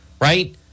right